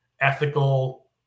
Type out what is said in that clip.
ethical